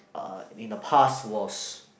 uh in the past was